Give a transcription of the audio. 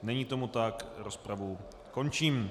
Není tomu tak, rozpravu končím.